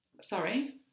sorry